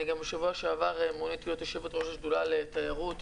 גם בשבוע שעבר מוניתי להיות יושבת-ראש השדולה לתיירות,